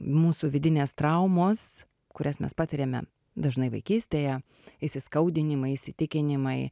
mūsų vidinės traumos kurias mes patiriame dažnai vaikystėje įsiskaudinimai įsitikinimai